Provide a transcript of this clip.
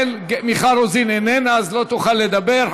מיכל רוזין איננה, אז לא תוכל לדבר.